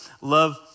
love